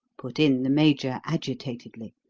put in the major agitatedly.